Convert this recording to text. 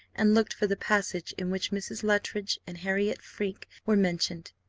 and looked for the passage in which mrs. luttridge and harriot freke were mentioned.